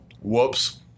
Whoops